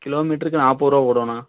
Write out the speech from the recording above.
kilo மீட்டருக்கு நாற்பது ரூபா போடுவோண்ணா